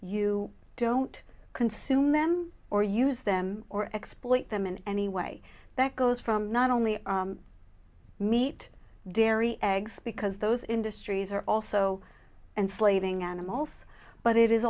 you don't consume them or use them or exploit them in any way that goes from not only meat dairy eggs because those industries are also and slaving animals but it is